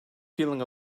feeling